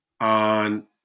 on